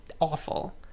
awful